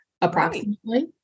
approximately